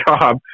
job